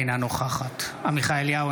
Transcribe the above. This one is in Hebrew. אינה נוכחת עמיחי אליהו,